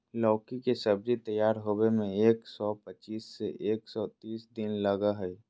लौकी के सब्जी तैयार होबे में एक सौ पचीस से एक सौ तीस दिन लगा हइ